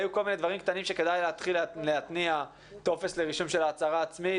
היו כמה דברים קטנים שכדאי להתחיל להתניע כמו טופס הצהרה עצמית